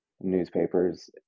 newspapers